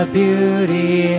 beauty